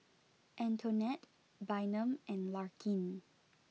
Antonette Bynum and Larkin